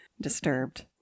disturbed